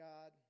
God